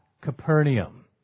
Capernaum